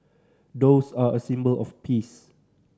doves are a symbol of peace